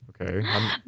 okay